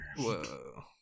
Whoa